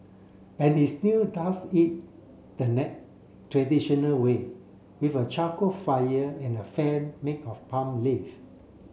and he still does it the traditional way with a charcoal fire and a fan make of palm leaf